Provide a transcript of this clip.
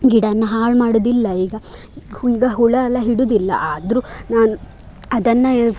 ಗಿಡನ ಹಾಳು ಮಾಡುವುದಿಲ್ಲ ಈಗ ಈಗ ಹುಳ ಎಲ್ಲ ಹಿಡಿದಿಲ್ಲ ಆದರೂ ನಾನು ಅದನ್ನು